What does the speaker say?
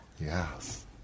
yes